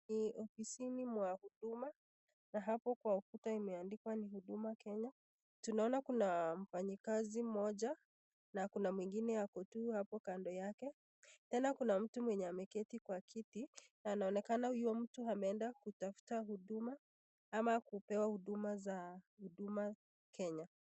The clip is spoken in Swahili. Ni ofisini mwa huduma na hapo ukuta imeandikwa ni huduma Kenya. Tunaona kuna mfanyikazi mmoja na kuna mwingine ako tu hapo tu kando yake, tena kuna mtu mwenye ameketi kwa kiti na inaonekana huyo mtu ameenda kutafuta huduma ama kupewa huduma za huduma Kenya.